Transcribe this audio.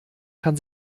kann